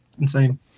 insane